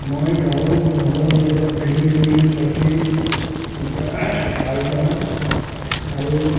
মই গাঁৱৰ মানুহৰ লগত মিলি জুলি থাকি ভাল পাওঁ আৰু